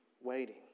Waiting